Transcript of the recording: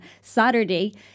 Saturday